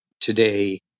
today